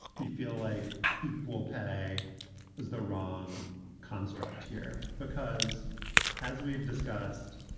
we feel like equal pay is the wrong construct here, because as we've discussed,